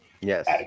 Yes